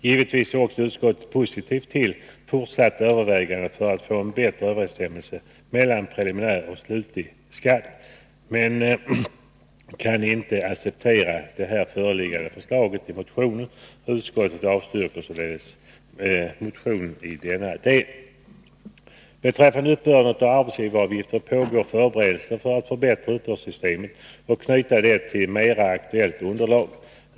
Givetvis är också utskottet positivt till fortsatta överväganden för att få en bättre överensstämmelse mellan preliminär och slutlig skatt men kan inte acceptera det förslag som framförs i motionen. Utskottet avstyrker således motionen i denna del. Beträffande uppbörden av arbetsgivaravgifter pågår förberedelser för att förbättra uppbördssystemet och knyta det till mera aktuellt underlag.